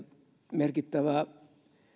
merkittävä